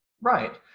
Right